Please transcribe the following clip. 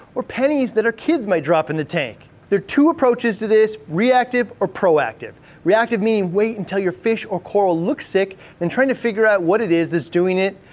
or pennies that our kids might drop in the tank. there are two approaches to this, reactive or proactive. reactive meaning wait until your fish or coral look sick then trying to figure out what it is that's doing it.